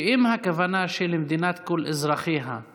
שאם הכוונה של מדינת כל אזרחיה היא